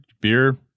Beer